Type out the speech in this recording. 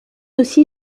aussi